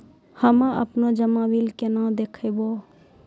हम्मे आपनौ जमा बिल केना देखबैओ?